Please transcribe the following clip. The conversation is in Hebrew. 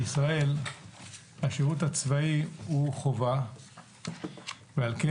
בישראל השירות הצבאי הוא חובה ועל כן